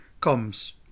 comes